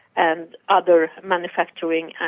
and other manufacturing